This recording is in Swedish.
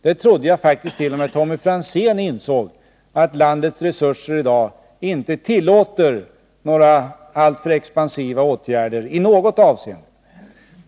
Jag trodde faktiskt att t.o.m. Tommy Franzén insåg att landets resurser i dag inte tillåter alltför expansiva åtgärder i något avseende.